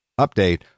Update